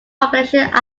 population